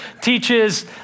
teaches